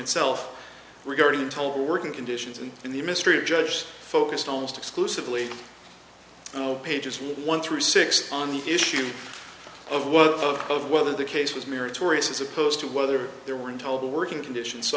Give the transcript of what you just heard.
itself regarding told working conditions and in the ministry of judge focused almost exclusively no pages one through six on the issue of what of whether the case was meritorious as opposed to whether there were told the working conditions so